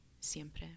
siempre